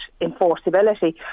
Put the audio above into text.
enforceability